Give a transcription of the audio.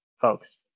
folks